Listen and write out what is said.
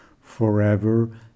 forever